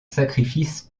sacrifice